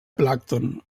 plàncton